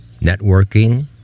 Networking